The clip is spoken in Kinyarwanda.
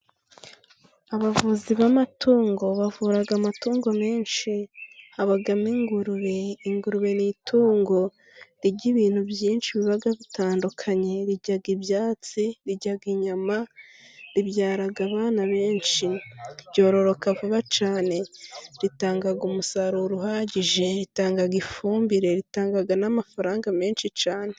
Abavuzi b'amatungo bavura amatungo menshi habamo ingurube. Ingurube ni itungo ry'ibintu byinshi biba bitandukanye rirya ibyatsi, rirya inyama, ribyara abana benshi ryororoka vuba cyane, ritanga umusaruro uhagije, ritanga ifumbire, ritanga n'amafaranga menshi cyane.